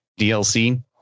DLC